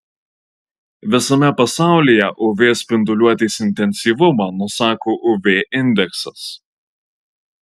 visame pasaulyje uv spinduliuotės intensyvumą nusako uv indeksas